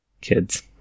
kids